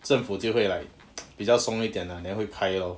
政府就会 like 比较松一点 lah then 会开 lor